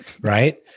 Right